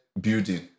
building